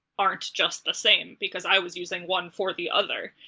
aren't just the same? because i was using one for the other,